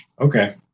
Okay